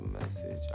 message